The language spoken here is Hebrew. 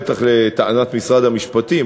טענת משרד המשפטים,